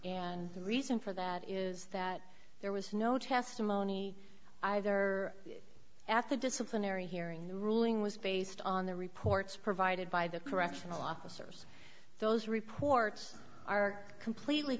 and the reason for that is that there was no testimony either at the disciplinary hearing the ruling was based on the reports provided by the correctional officers those reports are completely